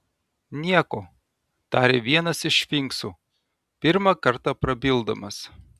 nieko tarė vienas iš sfinksų pirmą kartą prabildamas